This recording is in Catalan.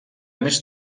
més